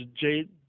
Jade